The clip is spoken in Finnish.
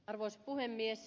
arvoisa puhemies